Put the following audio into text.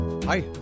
Hi